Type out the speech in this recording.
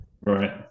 right